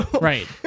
Right